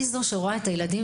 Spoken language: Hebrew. הם אלה שרואים את הילדים.